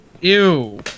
Ew